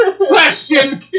question